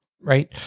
right